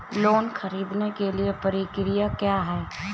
Loan ख़रीदने के लिए प्रक्रिया क्या है?